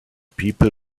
people